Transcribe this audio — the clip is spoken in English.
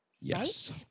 Yes